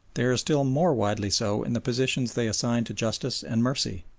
they are still more widely so in the positions they assign to justice and mercy.